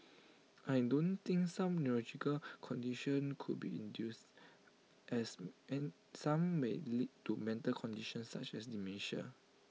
I don't think some neurological conditions could be induce as an some may lead to mental conditions such as dementia